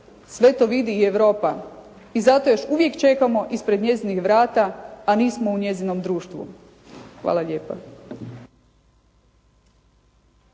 sve to vidi i Europa. I zato još uvijek čekamo ispred njezinih vrata, a nismo u njezinom društvu. Hvala lijepa.